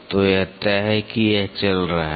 तो यह तय है कि यह चल रहा है